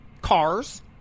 cars